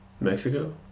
Mexico